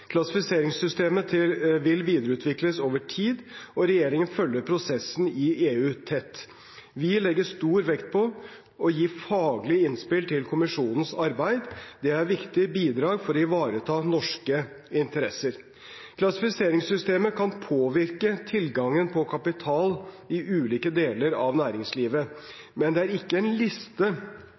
Klassifiseringssystemet vil videreutvikles over tid, og regjeringen følger prosessen i EU tett. Vi legger stor vekt på å gi faglige innspill til Kommisjonens arbeid. Det er viktige bidrag for å ivareta norske interesser. Klassifiseringssystemet kan påvirke tilgangen på kapital i ulike deler av næringslivet, men det er ikke en liste